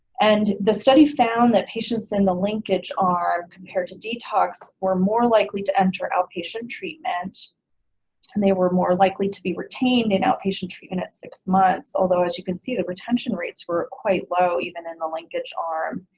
and the study found that patients in the linkage compared to detox were more likely to enter outpatient treatment and they were more likely to be retained in outpatient treatment at six months, although as you can see, the retention rates were quite low even in the linkage arm,